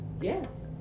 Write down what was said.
Yes